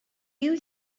you